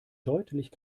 deutlich